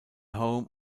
home